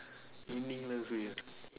meaningless way ah